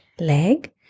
leg